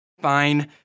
Fine